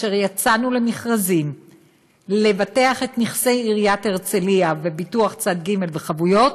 כאשר יצאנו למכרזים לבטח את נכסי עיריית הרצליה בביטוח צד ג' וחבויות,